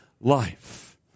life